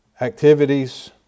activities